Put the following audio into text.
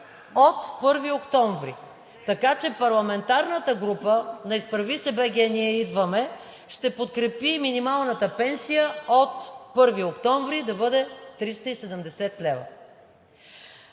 от 1 октомври. Така че парламентарната група на „Изправи се БГ! Ние идваме!“ ще подкрепи минималната пенсия от 1 октомври да бъде 370 лв.